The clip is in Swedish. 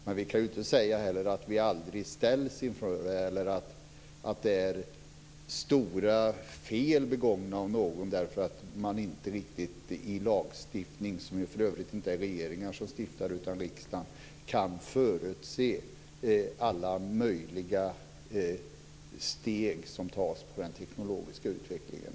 Men vi kan ju inte heller säga att vi aldrig kommer att ställas inför det eller att det är stora fel begångna av någon därför att man i lagstiftningen inte riktigt kan förutse alla möjliga steg som tas i fråga om den teknologiska utvecklingen. Och för övrigt är det inte regeringen som stiftar lagar utan riksdagen.